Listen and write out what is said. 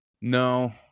No